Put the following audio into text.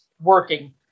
working